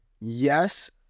Yes